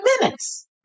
minutes